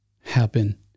happen